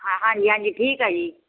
ਹਾਂਜੀ ਹਾਂਜੀ ਠੀਕ ਆ ਜੀ